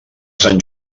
sant